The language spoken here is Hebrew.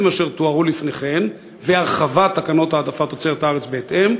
אשר תוארו לפני כן והרחבת תקנות העדפת תוצרת הארץ בהתאם?